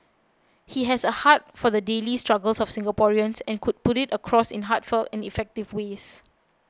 he has a heart for the daily struggles of Singaporeans and could put it across in heartfelt and effective ways